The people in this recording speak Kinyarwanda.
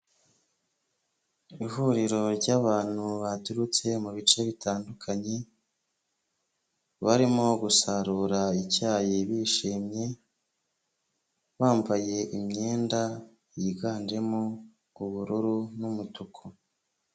Ihuriro ry'abantu baturutse mu bice bitandukanye, barimo gusarura icyayi bishimye, bambaye imyenda yiganjemo ubururu n'umutuku.